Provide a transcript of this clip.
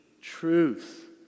truth